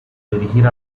dirigir